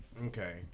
Okay